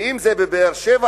ואם בבאר-שבע